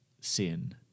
sin